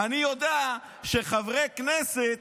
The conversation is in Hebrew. אני יודע שחברי כנסת,